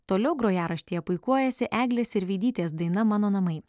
toliau grojaraštyje puikuojasi eglės sirvydytės daina mano namai